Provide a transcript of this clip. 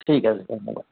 ঠিক আছে ধন্যবাদ